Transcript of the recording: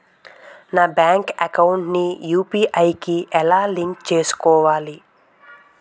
నా bank account ని UPI కి ఎలా లింక్ చేసుకోవాలి?